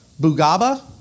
Bugaba